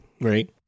Right